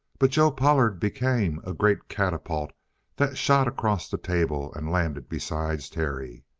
but joe pollard became a great catapult that shot across the table and landed beside terry.